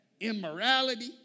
Immorality